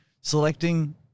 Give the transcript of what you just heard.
selecting